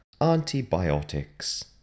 Antibiotics